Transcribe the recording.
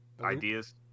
ideas